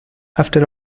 after